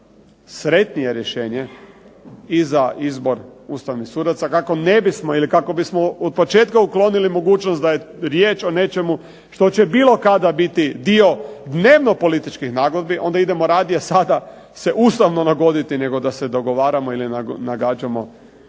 sretnije rješenje i za izbor Ustavnih sudaca kako ne bismo ili kako bismo od početka uklonili mogućnost da je riječ o nečemu što će bilo kada biti dio dnevnopolitičkih nagodbi, onda idemo radije sada se ustavno nagoditi nego da se dogovaramo ili nagađamo